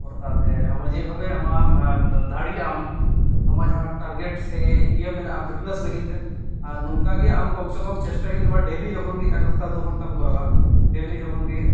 ᱥᱚᱲᱛᱟ ᱛᱮ ᱡᱮᱵᱷᱟᱵᱮ ᱟᱢᱟᱜ ᱫᱟᱲᱤᱭᱟᱜᱟᱢ ᱟᱢᱱᱟᱜ ᱡᱟᱦᱟᱸ ᱴᱟᱨᱜᱮᱴ ᱥᱮ ᱤᱭᱟᱹ ᱢᱮᱱᱟᱼᱟ ᱯᱷᱤᱴᱱᱮᱥ ᱞᱟᱹᱜᱤᱫ ᱛᱮ ᱟᱨ ᱱᱚᱝᱠᱟᱜᱮ ᱟᱢ ᱠᱚᱢᱥᱮ ᱠᱚᱢ ᱪᱮᱥᱴᱟ ᱦᱩᱭᱩᱜ ᱛᱟᱢᱟ ᱰᱮᱞᱤ ᱡᱚᱠᱷᱚᱱᱜᱤ ᱮᱠᱜᱷᱚᱱᱴᱟ ᱫᱩᱜᱷᱚᱱᱴᱟᱢ ᱠᱚᱨᱟᱣᱼᱟ ᱰᱮᱞᱤ ᱡᱚᱠᱷᱚᱱ ᱜᱤ